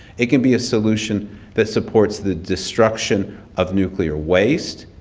it can be a solution that supports the destruction of nuclear waste.